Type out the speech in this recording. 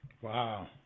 Wow